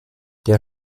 der